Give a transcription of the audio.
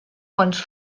quants